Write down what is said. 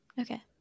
okay